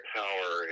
power